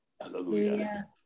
hallelujah